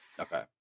Okay